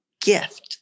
gift